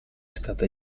stata